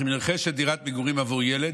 אם נרכשת דירת מגורים עבור הילד,